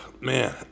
man